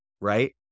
Right